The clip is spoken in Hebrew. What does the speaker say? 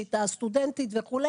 היא הייתה סטודנטית וכו',